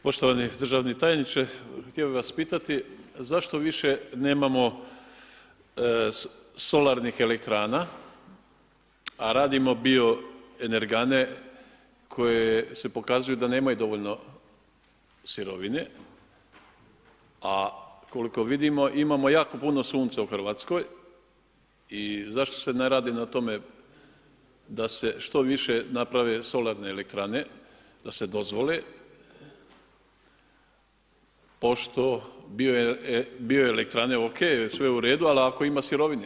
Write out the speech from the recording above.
Poštovani državni tajniče, htio bih vas pitati zašto više nemamo solarnih elektrana, a radimo bio energane koje se pokazuju da nemaju dovoljno sirovine, a koliko vidimo, imamo jako puno sunca u RH i zašto se ne radi na tome da se što više naprave solarne elektrane, da se dozvole, pošto bio elektrane OK, sve u redu, ali ako ima sirovine.